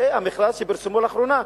זה המכרז שפרסמו לאחרונה.